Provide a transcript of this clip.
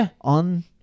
on